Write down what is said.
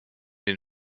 den